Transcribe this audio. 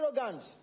arrogance